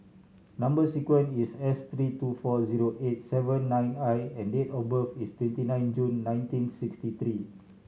number sequence is S three two four zero eight seven nine I and date of birth is twenty nine June nineteen sixty three